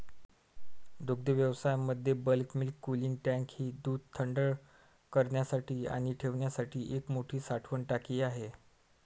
दुग्धव्यवसायामध्ये bulk milk cooling tank ही दूध थंड करण्यासाठी आणि ठेवण्यासाठी एक मोठी साठवण टाकी आहे